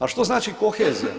A što znači kohezija?